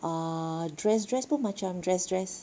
ah dress dress pun macam dress dress